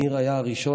ניר היה הראשון,